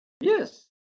Yes